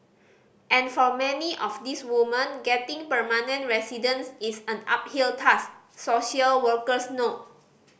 and for many of these woman getting permanent residence is an uphill task social workers note